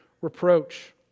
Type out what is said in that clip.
reproach